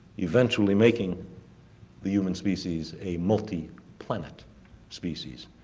eventually making the human species a multi-planet species.